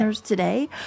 today